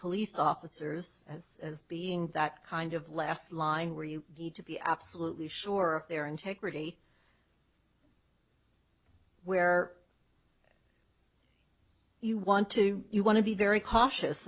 police officers as as being that kind of last line where you need to be absolutely sure of their integrity where you want to you want to be very cautious